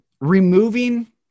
removing